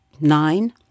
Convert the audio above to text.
nine